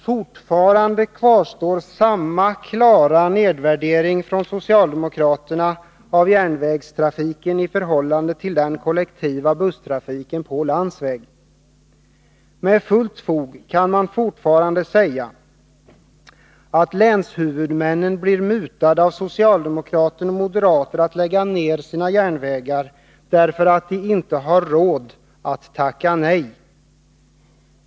Fortfarande kvarstår samma klara nedvärdering från socialdemokraterna av järnvägstrafiken i förhållande till den kollektiva busstrafiken på landsväg. Med fullt fog kan man fortfarande säga att länshuvudmännen blir mutade av socialdemokrater och moderater att lägga ner sina järnvägar, därför att de inte har råd att tacka nej.